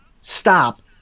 stop